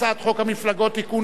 הצעת חוק המפלגות (תיקון,